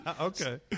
Okay